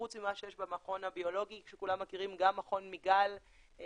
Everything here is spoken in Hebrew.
חוץ ממה שיש במכון הביולוגי שכולם מכירים גם מכון מיגל שהוא